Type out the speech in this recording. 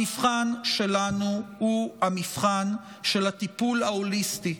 המבחן שלנו הוא המבחן של הטיפול ההוליסטי,